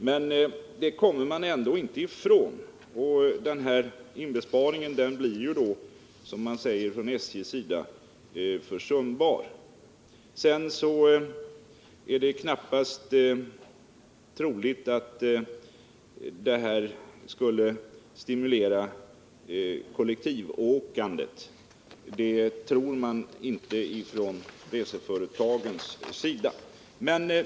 Men administrationen kommer man ändå inte ifrån, och den här inbesparingen blir då, som SJ säger, försumbar. Det är knappast heller troligt att en sådan åtgärd skulle stimulera kollektivåkandet; det tror inte reseföretagen.